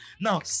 Now